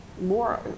more